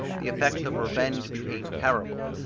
the effects of revenge became terrible,